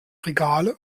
regale